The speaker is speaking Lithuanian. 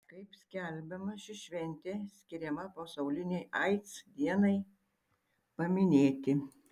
kaip skelbiama ši šventė skiriama pasaulinei aids dienai paminėti